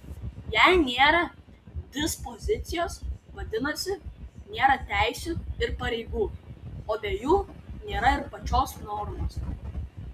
jei nėra dispozicijos vadinasi nėra teisių ir pareigų o be jų nėra ir pačios normos